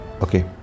okay